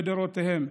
לדורותיהם,